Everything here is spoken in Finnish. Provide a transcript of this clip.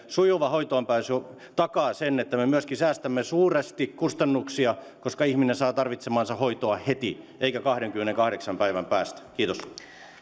sujuva hoitoonpääsy takaa sen että me myöskin säästämme suuresti kustannuksia koska ihminen saa tarvitsemaansa hoitoa heti eikä kahdenkymmenenkahdeksan päivän päästä kiitos